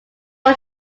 own